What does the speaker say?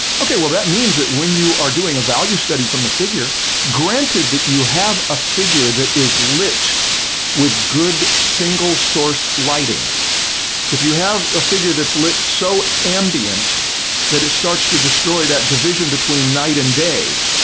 okay well, that means that when you are doing a value study from the figure granted that you have a figure that is lit with good single source lighting if you have a figure that's lit so ambient that it starts to destroy that division between night and day